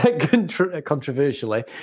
controversially